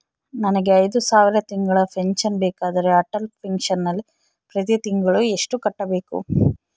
ನನಗೆ ಐದು ಸಾವಿರ ತಿಂಗಳ ಪೆನ್ಶನ್ ಬೇಕಾದರೆ ಅಟಲ್ ಪೆನ್ಶನ್ ನಲ್ಲಿ ಪ್ರತಿ ತಿಂಗಳು ಎಷ್ಟು ಕಟ್ಟಬೇಕು?